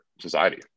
society